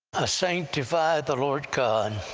ah sanctify the lord god.